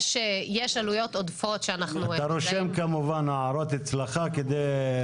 תרשום את ההערות שלך.